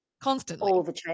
constantly